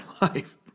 life